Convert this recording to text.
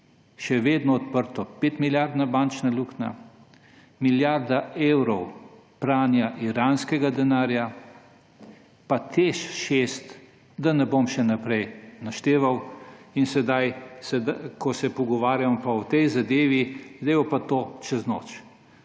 še vedno odprto: 5 milijardna bančna luknja, milijarda evrov pranja iranskega denarja pa TEŠ6, da ne bom še naprej našteval. Zdaj, ko se pogovarjamo pa o tej zadevi, bo pa to čez noč.